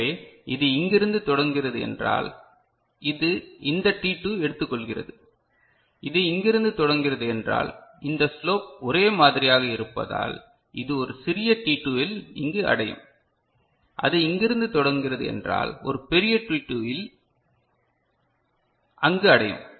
எனவே இது இங்கிருந்து தொடங்குகிறது என்றால் இது இந்த t2 எடுத்துக்கொள்கிறது இது இங்கிருந்து தொடங்குகிறது என்றால் இந்த ஸ்லோப் ஒரே மாதிரியாக இருப்பதால் இது ஒரு சிறிய t2 இல் இங்கு அடையும் அது இங்கிருந்து தொடங்குகிறது என்றால் ஒரு பெரிய t2 இல் அங்கு அடையும்